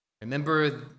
Remember